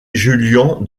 julian